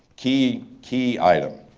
key key item.